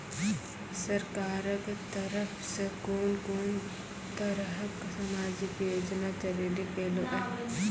सरकारक तरफ सॅ कून कून तरहक समाजिक योजना चलेली गेलै ये?